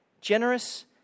generous